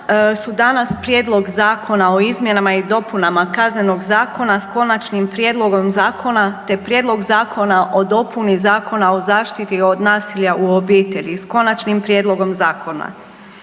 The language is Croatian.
su danas Prijedlog zakona o izmjenama i dopunama Kaznenog zakona sa konačnim prijedlogom zakona, te Prijedlog zakona o dopuni Zakona o zaštiti od nasilja u obitelji s konačnim prijedlogom zakona.